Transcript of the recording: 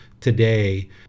today